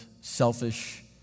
selfish